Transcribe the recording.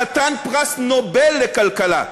חתן פרס נובל לכלכלה,